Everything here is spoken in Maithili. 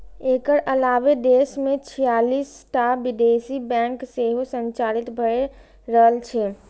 एकर अलावे देश मे छियालिस टा विदेशी बैंक सेहो संचालित भए रहल छै